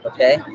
Okay